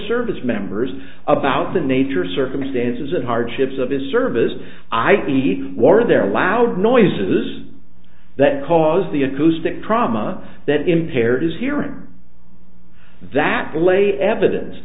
service members about the nature circumstances and hardships of his service i the war there loud noises that cause the acoustic trauma that impaired his hearing that lay evidence